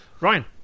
Ryan